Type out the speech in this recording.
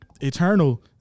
eternal